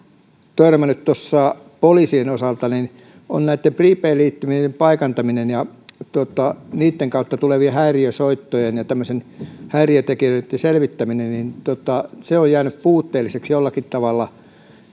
törmännyt poliisien osalta on prepaid liittymien paikantaminen ja niitten kautta tulevien häiriösoittojen ja häiriötekijöiden selvittäminen se on jäänyt puutteelliseksi jollakin tavalla